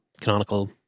canonical